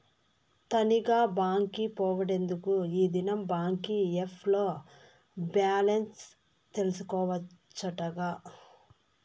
తనీగా బాంకి పోవుడెందుకూ, ఈ దినం బాంకీ ఏప్ ల్లో బాలెన్స్ తెల్సుకోవచ్చటగా